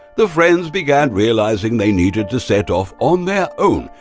the friends began realizing they needed to set off on their own.